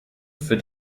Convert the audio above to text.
für